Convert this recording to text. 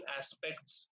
aspects